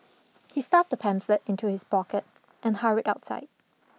he stuffed the pamphlet into his pocket and hurried outside